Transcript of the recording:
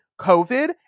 COVID